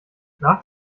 nach